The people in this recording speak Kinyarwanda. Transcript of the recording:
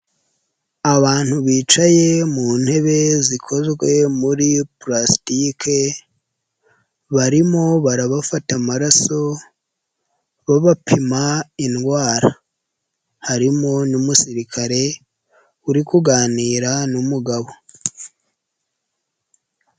Abantu bicaye mu ntebe zikozwe muri pulasitike barimo barabafata amaraso babapima indwara, harimo n'umusirikare uri kuganira n'umugabo.